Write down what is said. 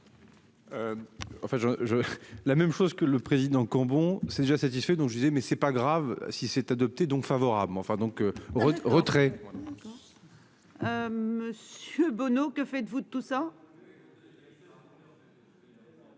la même chose que le président Cambon c'est déjà satisfait donc je disais mais c'est pas grave si c'est adopté donc favorable mais enfin donc. Retrait. Monsieur Bono, que faites-vous de tout ça.